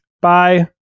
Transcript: bye